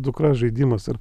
dukra žaidimas ar